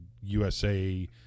USA